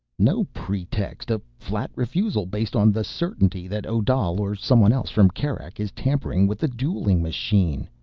no pretext. a flat refusal, based on the certainty that odal or someone else from kerak is tampering with the dueling machine.